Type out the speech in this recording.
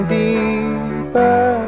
deeper